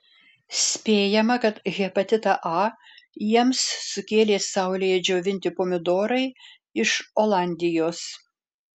spėjama kad hepatitą a jiems sukėlė saulėje džiovinti pomidorai iš olandijos